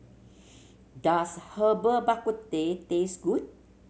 does Herbal Bak Ku Teh taste good